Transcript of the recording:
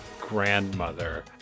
grandmother